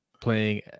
playing